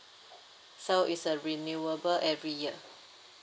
so it's a renewable every year